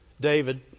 David